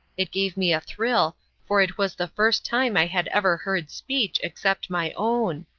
it gave me a thrill, for it was the first time i had ever heard speech, except my own.